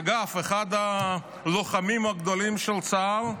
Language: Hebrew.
אגב, אחד הלוחמים הגדולים של צה"ל,